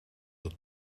het